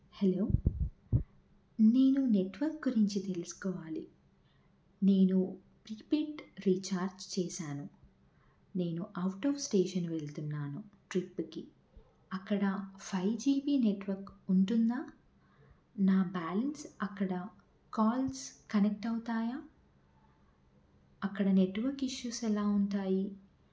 hello నేను network గురించి తెలుసుకోవాలి నేను ప్రీపెయిడ్ రీఛార్జ్ చేశాను నేను అవుట్ ఆఫ్ స్టేషన్ వెళ్తున్నాను ట్రిప్కి అక్కడ ఫైవ్ జీబీ నెట్వర్క్ ఉంటుందా నా బ్యాలెన్స్ అక్కడ కాల్స్ కనెక్ట్ అవుతాయా అక్కడ నెట్వర్క్ ఇష్యూస్ ఎలా ఉంటాయి